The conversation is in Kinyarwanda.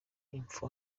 impfu